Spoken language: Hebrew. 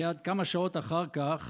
כמה שעות אחר כך